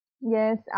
Yes